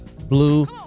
blue